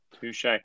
Touche